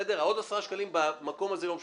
עוד 10 שקלים במקום הזה לא משנה.